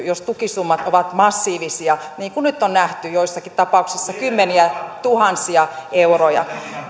jos tukisummat ovat massiivisia niin kuin nyt on nähty joissakin tapauksissa kymmeniätuhansia euroja